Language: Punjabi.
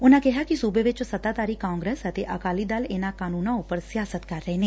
ਉਨੂਾਂ ਕਿਹਾ ਕਿ ਸੁਬੇ ਵਿਚ ਸੱਤਾਧਾਰੀ ਕਾਂਗਰਸ ਅਤੇ ਅਕਾਲੀ ਦਲ ਇਨੂਾਂ ਕਾਨੂੰਨਾਂ ਉਪਰ ਸਿਆਸਤ ਕਰ ਰਹੇ ਨੇ